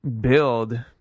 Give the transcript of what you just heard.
build